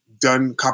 done